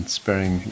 sparing